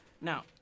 now